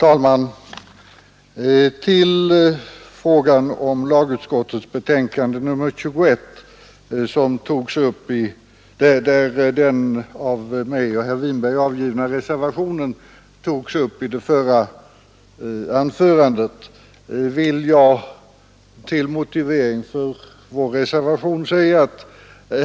Herr talman! Med anledning av att den reservation som jag och herr Winberg har fogat till lagutskottets betänkande nr 21 togs upp här vill jag säga följande som motivering för reservationen.